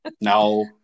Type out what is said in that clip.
No